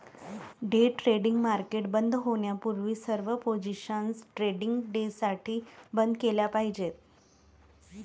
day trading market बंद होण्यापूर्वी सर्व पोझिशन्स ट्रेडिंग डेसाठी बंद केल्या पाहिजेत